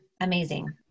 amazing